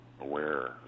aware